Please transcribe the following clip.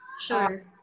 Sure